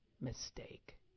mistake